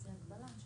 זה הגבלה.